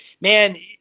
man